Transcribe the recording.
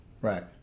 Right